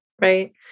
right